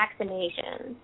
vaccinations